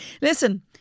Listen